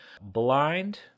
Blind